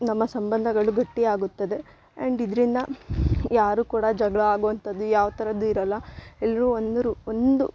ನಮ್ಮ ಸಂಬಂಧಗಳ್ ಗಟ್ಟಿ ಆಗುತ್ತದೆ ಆ್ಯಂಡ್ ಇದ್ರಿಂದ ಯಾರು ಕೂಡ ಜಗಳ ಆಗುವಂಥದ್ ಯಾವ್ತರದ್ದು ಇರೋಲ್ಲ ಎಲ್ಲರು ಒಂದು ಒಂದು